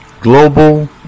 Global